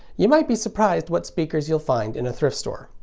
you might be surprised what speakers you'll find in a thrift store.